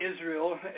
Israel